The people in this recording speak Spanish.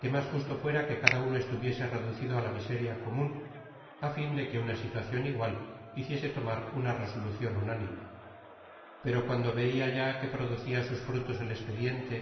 que mas justo fuera que cada uno estuviese reducido á la miseria comun á bn de que una situacion igual hiciese tomar una resolucion unánime pero cuando veja ya que producia sus frutos el espediente